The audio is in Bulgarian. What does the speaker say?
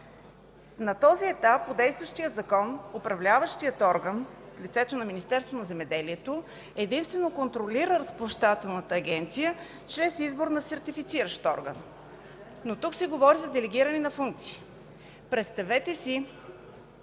На този етап по действащия Закон управляващият орган в лицето на Министерството на земеделието единствено контролира Разплащателната агенция чрез избор на сертифициращ орган. Но тук се говори за делегиране на функции. Представете си